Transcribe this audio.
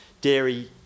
dairy